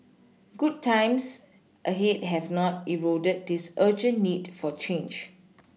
good times ahead have not eroded this urgent need for change